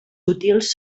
útils